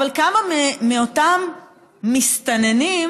אבל כמה מאותם מסתננים